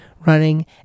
running